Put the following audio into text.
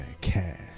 cash